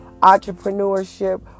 entrepreneurship